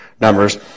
numbers